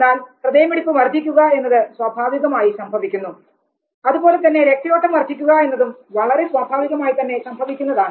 എന്നാൽ ഹൃദയമിടിപ്പ് വർധിക്കുക എന്നത് സ്വാഭാവികമായി സംഭവിക്കുന്നു അതുപോലെതന്നെ രക്തയോട്ടം വർദ്ധിക്കുക എന്നതും വളരെ സ്വാഭാവികമായി തന്നെ സംഭവിക്കുന്നതാണ്